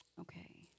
Okay